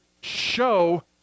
show